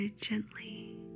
gently